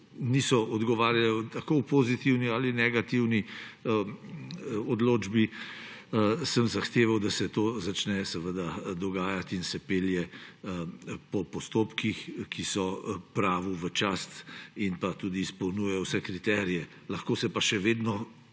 niso odgovarjale tako v pozitivni ali negativni odločbi, sem zahteval, da se to začne dogajati in se pelje po postopkih, ki so pravu v čast in tudi izpolnjujejo vse kriterije. Lahko se pa še vedno,